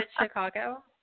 Chicago